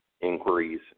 inquiries